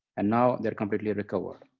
and now they're completely recovered.